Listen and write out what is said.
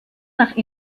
nach